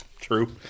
true